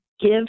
give